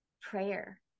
prayer